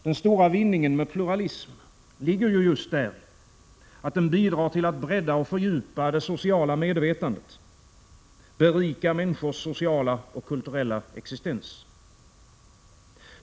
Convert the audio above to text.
Den stora vinningen med pluralism ligger just däri, att den bidrar till att bredda och fördjupa det sociala medvetandet, berika människors sociala och kulturella existens.